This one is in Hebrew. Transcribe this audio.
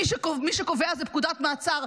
מי שקובע זו פקודת מעצר,